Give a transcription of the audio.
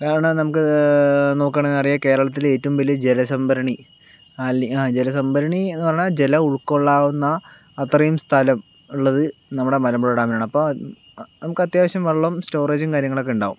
വേണമെങ്കിൽ നമുക്ക് നോക്കുവാണേൽ അറിയാം കേരളത്തിലെ ഏറ്റവും വലിയ ജലസംഭരണി ആലിനി ആ ജലസംഭരണി എന്ന് പറഞ്ഞാൽ ജലം ഉൾക്കൊള്ളാവുന്ന അത്രയും സ്ഥലം ഉള്ളത് നമ്മുടെ മലമ്പുഴ ഡാമിനാണ് അപ്പോൾ നമുക്ക് അത്യാവശ്യം വെള്ളം സ്റ്റോറേജും കാര്യങ്ങളൊക്കെ ഉണ്ടാവും